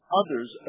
others